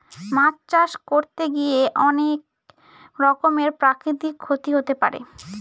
মাছ চাষ করতে গিয়ে অনেক রকমের প্রাকৃতিক ক্ষতি হতে পারে